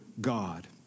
God